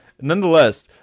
nonetheless